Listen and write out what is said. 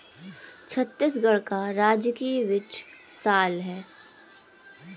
छत्तीसगढ़ का राजकीय वृक्ष साल है